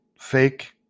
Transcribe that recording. fake